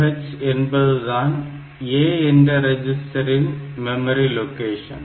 40h என்பதுதான் A என்ற ரெஜிஸ்டரின் மெமரி லொகேஷன்